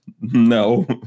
no